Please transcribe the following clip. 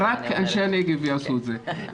רק אנשי הנגב יעשו את זה.